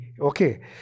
Okay